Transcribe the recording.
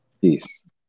Peace